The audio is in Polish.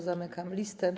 Zamykam listę.